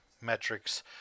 metrics